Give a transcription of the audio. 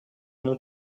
mon